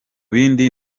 bindi